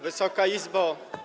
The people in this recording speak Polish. Wysoka Izbo!